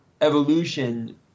evolution